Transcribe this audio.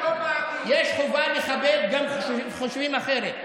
יש חובה לכבד גם כשחושבים אחרת.